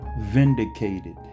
vindicated